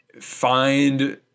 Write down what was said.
find